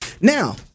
Now